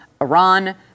Iran